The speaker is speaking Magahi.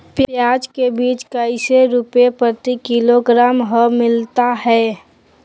प्याज के बीज कैसे रुपए प्रति किलोग्राम हमिलता हैं?